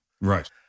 Right